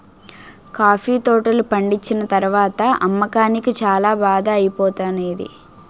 coffee తోటలు పండిచ్చిన తరవాత అమ్మకానికి చాల బాధ ఐపోతానేది